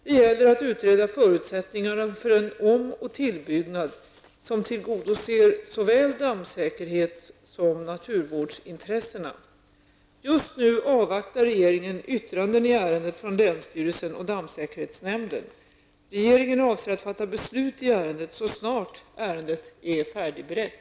Det gäller att utreda förutsättningarna för en om och tillbyggnad som tillgodoser såväl dammsäkerhets som naturvårdsintressena. Just nu avvaktar regeringen yttranden i ärendet från länsstyrelsen och dammsäkerhetsnämnden. Regeringen avser att fatta beslut i ärendet så snart ärendet är färdigberett.